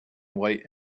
white